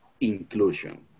inclusion